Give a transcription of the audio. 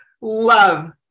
Love